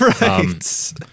Right